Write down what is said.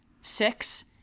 six